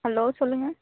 hello சொல்லுங்கள்